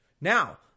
Now